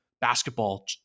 basketball